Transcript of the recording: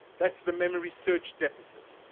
that's the memory search deficit.